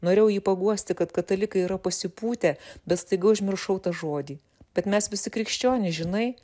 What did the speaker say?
norėjau jį paguosti kad katalikai yra pasipūtę bet staiga užmiršau tą žodį bet mes visi krikščionys žinai